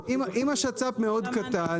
אז אם השצ"פ הוא באמת קטן,